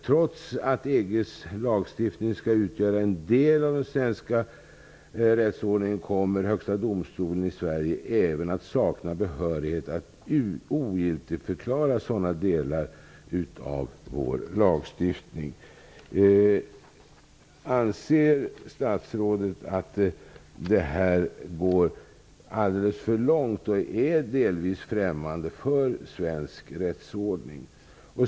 Trots att EG:s lagstiftning skall utgöra en del av den svenska rättsordningen kommer Högsta domstolen i Sverige även att sakna behörighet att ogiltigförklara sådana delar av vår lagstiftning. Anser statsrådet att det här går alldeles för långt och är delvis främmande för svensk rättsordning?